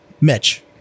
Mitch